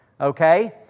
Okay